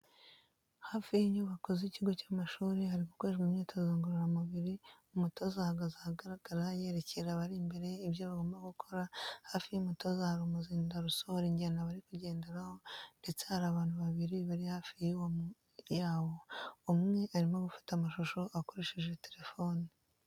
Hafi y'inyubako z'ikigo cy'amashuri hari gukorerwa imyitozo ngororamubir, umutoza ahagaze ahagaragara yerekera abari imbere ye ibyo bagomba gukora hafi y'umutoza hari umuzindaro usohora injyana bari kugenderaho ndetse hari abantu babiri bari hafi yawo umwe arimo gufata amashusho akoresheje telefoni.